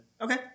Okay